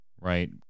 right